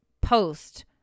post